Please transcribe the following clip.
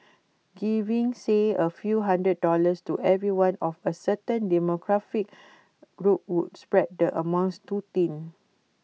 giving say A few hundred dollars to everyone of A certain demographic group would spread the amounts too thin